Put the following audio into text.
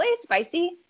spicy